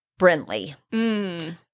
Brinley